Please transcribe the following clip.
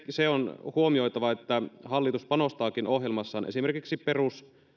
se on huomioitava että hallitus panostaakin ohjelmassaan esimerkiksi perus